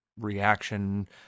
reaction